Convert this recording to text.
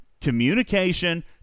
communication